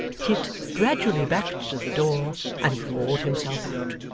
kit gradually backed to the door, and roared himself out.